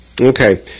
Okay